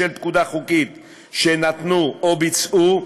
בשל פקודה חוקית שנתנו או ביצעו,